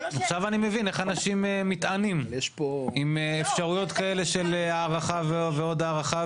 עכשיו אני מבין איך אנשים מתענים עם אפשרויות כאלה של הארכה ועוד הארכה.